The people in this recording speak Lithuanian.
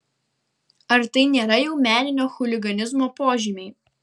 ar tai nėra jau meninio chuliganizmo požymiai